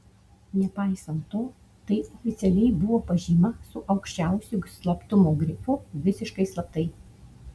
nepaisant to tai oficialiai buvo pažyma su aukščiausiu slaptumo grifu visiškai slaptai